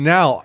Now